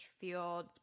field